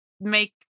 make